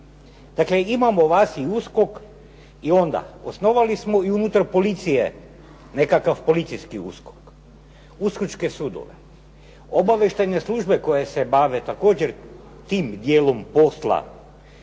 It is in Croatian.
Dakle imamo vas i USKOK, i onda osnovali smo i unutar policije nekakav policijski USKOK, uskočke sudove, obavještajne službe koje se bave također tim dijelom posla,